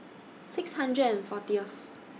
six hundred and fortieth